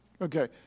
Okay